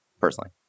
personally